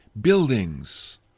buildings